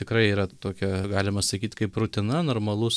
tikrai yra tokia galima sakyt kaip rutina normalus